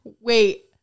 Wait